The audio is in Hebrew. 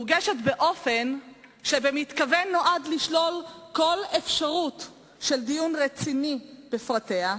מוגשת באופן שבמתכוון נועד לשלול כל אפשרות של דיון רציני בפרטיה,